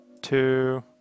two